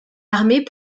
armées